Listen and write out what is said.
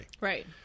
right